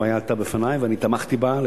הבעיה עלתה בפני ואני תמכתי בהצעה.